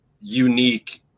unique